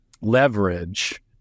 leverage